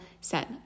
set